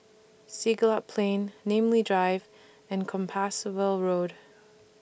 Siglap Plain Namly Drive and Compassvale Road